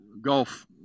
golf